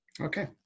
Okay